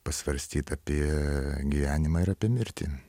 pasvarstyt apie gyvenimą ir apie mirtį